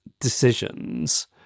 decisions